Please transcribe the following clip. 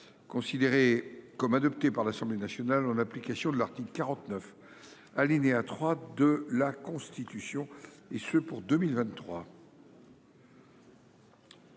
considéré comme adopté par l'Assemblée nationale en application de l'article 49, alinéa 3, de la Constitution, de